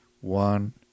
one